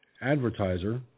advertiser